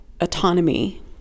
autonomy